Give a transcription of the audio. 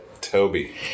Toby